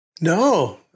no